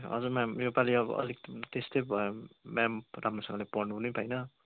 हजुर म्याम योपालि अब अलिक त्यस्तै भयो म्याम राम्रोसँगले पढ्नु नै पाइनँ